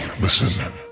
Listen